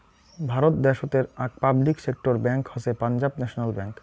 ভারত দ্যাশোতের আক public sector bank হসে পাঞ্জাব ন্যাশনাল ব্যাঙ্ক